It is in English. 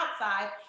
outside